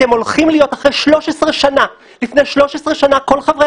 אתם הולכים להיות - לפני 13 שנה כל חברי